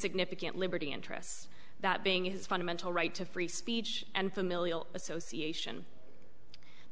significant liberty interests that being his fundamental right to free speech and familial association